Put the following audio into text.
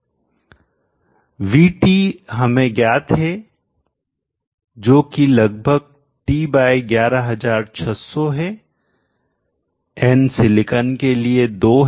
VT हमें ज्ञात है जो कि लगभग T बाय 11600 है n सिलिकॉन के लिए 2 है